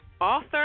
author